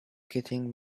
getting